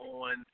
on